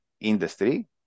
industry